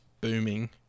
booming